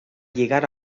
llegar